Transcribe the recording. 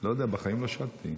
לא יודע, בחיים לא שטתי.